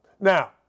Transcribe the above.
Now